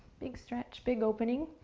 big stretch, big opening,